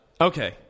Okay